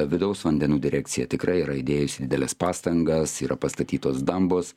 vidaus vandenų direkcija tikrai yra įdėjusi dideles pastangas yra pastatytos dambos